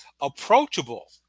approachable